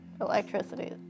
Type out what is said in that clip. electricity